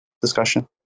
discussion